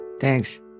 Thanks